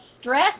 stress